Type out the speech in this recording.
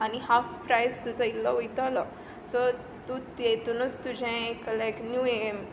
आनी half price तुजो इल्लो वतलो वयतलो सो तूं तेतुनूच तातुनूच तुजें लायक एक न्यू हें